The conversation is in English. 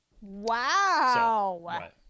Wow